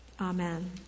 Amen